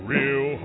Real